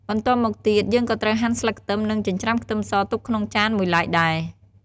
បន្ទាប់មកទៀត យើងក៏ត្រូវហាន់ស្លឹកខ្ទឹម និងចិញ្ច្រាំខ្ទឹមសទុកក្នុងចានមួយឡែកដែរ។